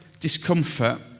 discomfort